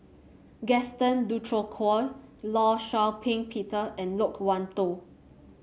Gaston Dutronquoy Law Shau Ping Peter and Loke Wan Tho